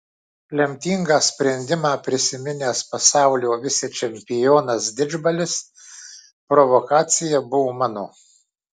lemtingą sprendimą prisiminęs pasaulio vicečempionas didžbalis provokacija buvo mano